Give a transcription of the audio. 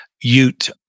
Ute